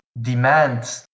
demand